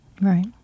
Right